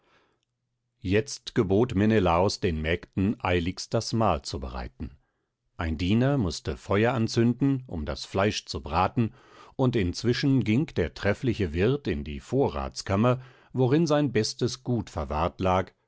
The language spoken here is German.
jetzt gebot menelaos den mägden eiligst das mahl zu bereiten ein diener mußte feuer anzünden um das fleisch zu braten und inzwischen ging der treffliche wirt in die vorratskammer worin sein bestes gut verwahrt lag